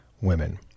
women